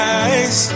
eyes